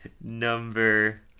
Number